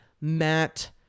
Matt